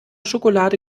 schokolade